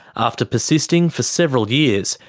after persisting for several years,